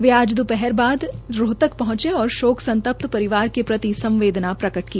वे आज दोपहर बाद रोहतक पहुंचे और शोक संतप्त परिवार के प्रति संवेदना प्रकट की